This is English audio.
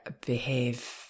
behave